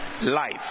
life